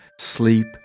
Sleep